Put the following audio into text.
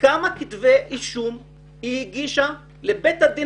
כמה כתבי אישום היא הגישה לבית הדין